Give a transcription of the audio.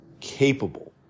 capable